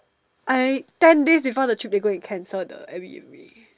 I thank this is not the trip we go and cancel the airbnb